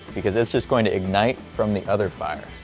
because it's just going to ignite from the other fire.